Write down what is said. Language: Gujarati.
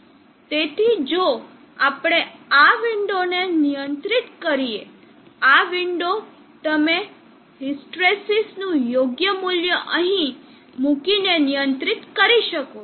તેથી જો આપણે આ વિંડોને નિયંત્રિત કરીએ આ વિંડો તમે હિસ્ટ્રેસિસનું યોગ્ય મૂલ્ય અહીં મૂકીને નિયંત્રિત કરી શકો છો